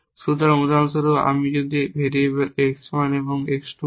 সুতরাং উদাহরণস্বরূপ যদি আমি ভেরিয়েবল x 1 এবং x 2 নিই